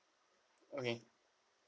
okay